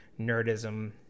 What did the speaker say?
nerdism